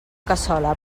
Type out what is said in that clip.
cassola